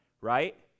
right